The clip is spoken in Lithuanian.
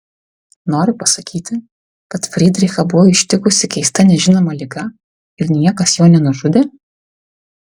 nori pasakyti kad frydrichą buvo ištikusi keista nežinoma liga ir niekas jo nenužudė